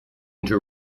into